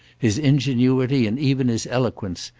his ingenuity and even his eloquence,